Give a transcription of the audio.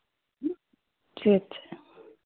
ठीक छै